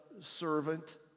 servant